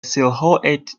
silhouette